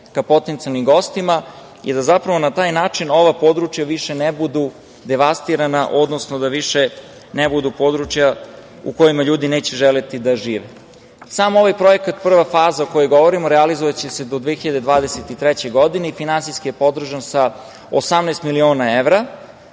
ka potencijalnim gostima i da zapravo na taj način ova područja više ne budu na taj način devastirana, odnosno da ne budu više područja u kojima ljudi neće želeti da žive. Sam ovaj projekat, prva faza o kojoj govorimo, realizovaće se do 2023. godine i finansijski je podržan sa 18 miliona evra,